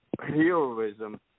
heroism